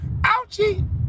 Ouchie